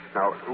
Now